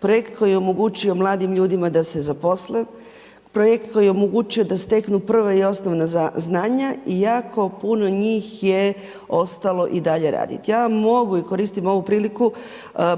projekt koji je omogućio mladim ljudima da se zaposle, projekt koji je omogućio da steknu prva i osnovna znanja i jako puno njih je ostalo i dalje raditi. Ja vam mogu i koristim ovu priliku,